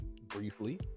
briefly